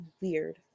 weird